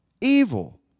Evil